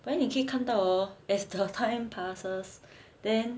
but then 你可以看到 hor as the time passes then